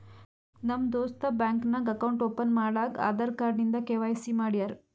ನಮ್ ದೋಸ್ತ ಬ್ಯಾಂಕ್ ನಾಗ್ ಅಕೌಂಟ್ ಓಪನ್ ಮಾಡಾಗ್ ಆಧಾರ್ ಕಾರ್ಡ್ ಇಂದ ಕೆ.ವೈ.ಸಿ ಮಾಡ್ಯಾರ್